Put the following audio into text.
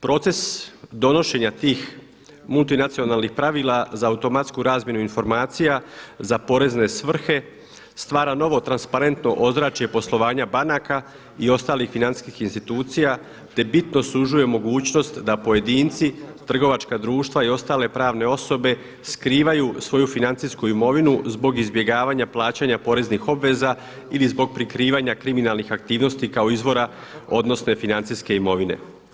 Proces donošenja tih multinacionalnih pravila za automatsku razmjenu informacija, za porezne svrhe stvara novo transparentno ozračje poslovanja banaka i ostalih financijskih institucija te bitno sužuje mogućnost da pojedinci, trgovačka društva i ostale pravne osobe skrivaju svoju financijsku imovinu zbog izbjegavanja plaćanja poreznih obveza ili zbog prikrivanja kriminalnih aktivnosti kao izvora odnosno financijske imovine.